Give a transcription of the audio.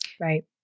right